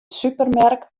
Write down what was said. supermerk